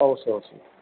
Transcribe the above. অবশ্যই অবশ্যই